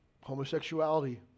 Homosexuality